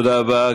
תודה רבה.